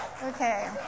Okay